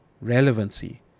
relevancy